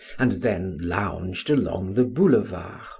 and then lounged along the boulevard.